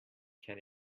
can